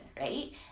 right